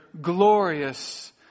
glorious